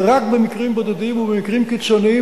ורק במקרים בודדים ובמקרים קיצוניים